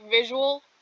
visual